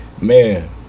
Man